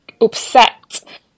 upset